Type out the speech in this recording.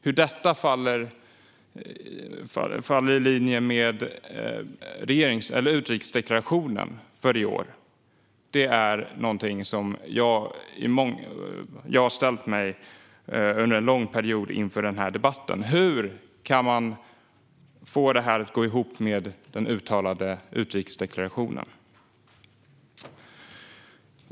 Hur detta är i linje med regeringens utrikesdeklaration i år är något jag har frågat mig under lång tid inför denna debatt. Hur kan man få detta att gå ihop med uttalandena i utrikesdeklarationen?